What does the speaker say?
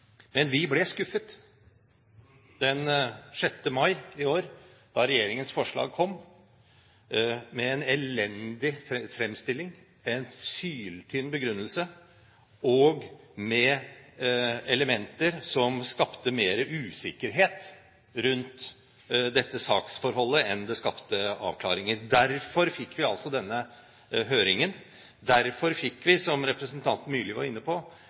Men vi ble skuffet den 6. mai i år da regjeringens forslag kom – med en elendig fremstilling, en syltynn begrunnelse og med elementer som skapte mer usikkerhet rundt dette saksforholdet enn det skapte avklaringer. Derfor fikk vi høringen, derfor fikk vi, som representanten Myrli var inne på,